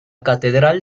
catedral